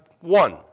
one